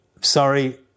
sorry